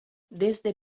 desde